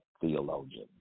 theologian